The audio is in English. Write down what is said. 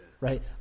Right